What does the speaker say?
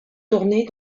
tourner